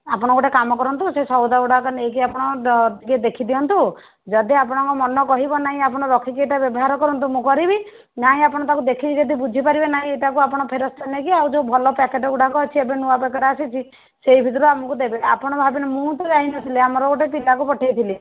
ଆପଣ ଗୋଟେ କାମ କରନ୍ତୁ ସେ ସଉଦା ଗୁଡ଼ାକ ନେଇକି ଆପଣ ଟିକିଏ ଦେଖିଦିଅନ୍ତୁ ଯଦି ଆପଣଙ୍କ ମନ କହିବ ନାଇଁ ଆପଣ ରଖିକି ଏ'ଟା ବ୍ୟବହାର କରନ୍ତୁ ମୁଁ କରିବି ନାଇ ଆପଣ ତା'କୁ ଦେଖିକି ଯଦି ବୁଝିପାରିବେ ନାଇଁ ଏଟାକୁ ଆପଣ ଫେରସ୍ତ ନେଇକି ଆଉ ଯୋଉ ଭଲ ପ୍ୟାକେଟ୍ ଗୁଡ଼ାକ ଅଛି ଏବେ ନୂଆ ପ୍ୟାକେଟ୍ ଆସିଛି ସେଇ ଭିତରୁ ଆମକୁ ଦେବେ ଆପଣ ଭାବି ମୁଁ ତ ଯାଇନଥିଲି ଆମର ଗୋଟେ ପିଲାକୁ ପଠେଇଥିଲି